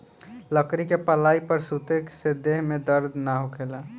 लकड़ी के पलाई पर सुते से देह में दर्द ना होखेला